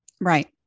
right